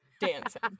dancing